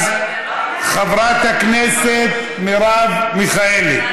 אז חברת הכנסת מרב מיכאלי.